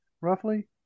roughly